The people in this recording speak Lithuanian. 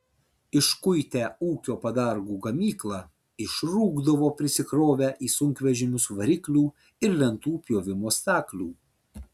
iškuitę ūkio padargų gamyklą išrūkdavo prisikrovę į sunkvežimius variklių ir lentų pjovimo staklių